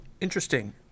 interesting